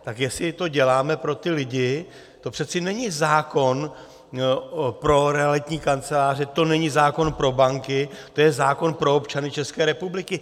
Tak jestli to děláme pro ty lidi to přece není zákon pro realitní kanceláře, to není zákon pro banky, to je zákon pro občany České republiky.